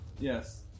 Yes